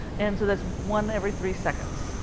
and so that's one every three seconds.